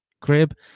crib